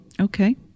Okay